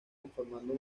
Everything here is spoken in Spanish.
conformando